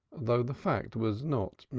though the fact was not